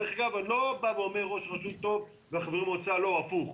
אני לא אומר ראש רשות טוב וחברי המועצה לא והפוך.